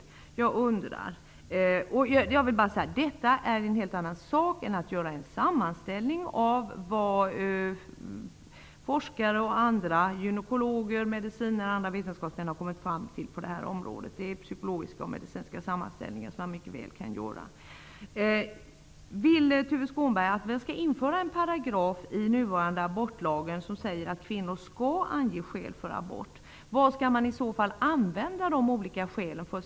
Att göra en kartläggning av det här slaget är en helt annan sak än att göra en sammanställning av vad forskare, gynekologer, medicinare och andra vetenskapsmän har kommit fram till på det här området. Det är psykologiska och medicinska sammanställningar som man mycket väl kan göra. Vill Tuve Skånberg att en paragraf skall införas i den nuvarande abortlagen som säger att kvinnor skall ange skäl för abort? Vad skall man i så fall använda de olika skälen till?